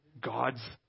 God's